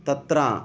तत्र